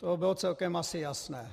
To bylo celkem asi jasné.